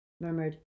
murmured